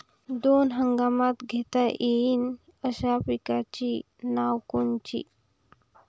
दोनी हंगामात घेता येईन अशा पिकाइची नावं कोनची?